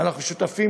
שיוכל להיות